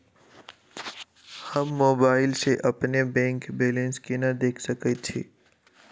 हम मोबाइल सा अपने बैंक बैलेंस केना देख सकैत छी?